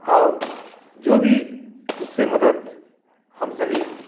और जो भी इससे मदद हम सभी